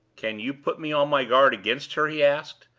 can you put me on my guard against her? he asked,